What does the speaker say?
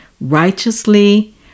righteously